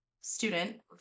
student